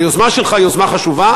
היוזמה שלך היא יוזמה חשובה,